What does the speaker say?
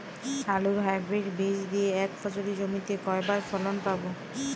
আলুর হাইব্রিড বীজ দিয়ে এক ফসলী জমিতে কয়বার ফলন পাব?